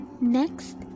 Next